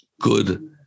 good